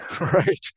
right